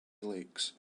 lakes